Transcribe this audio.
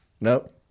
Nope